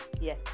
Yes